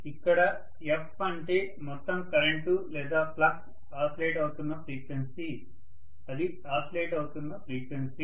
ఇక్కడ f అంటే మొత్తం కరెంటు లేదా ఫ్లక్స్ ఆసిలేట్ అవుతున్న ఫ్రీక్వెన్సీ అది ఆసిలేట్ అవుతున్న ఫ్రీక్వెన్సీ